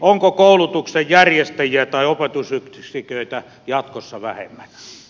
onko koulutuksen järjestäjiä tai opetusyksiköitä jatkossa vähemmän